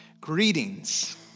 Greetings